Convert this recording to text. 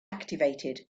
activated